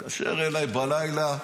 הוא מתקשר אליי בלילה,